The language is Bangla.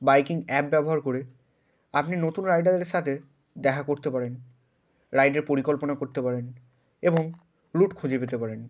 বাইকিং অ্যাপ ব্যবহার করে আপনি নতুন রাইডারদের সাথে দেখা করতে পারেন রাইডের পরিকল্পনা করতে পারেন এবং রুট খুঁজে পেতে পারেন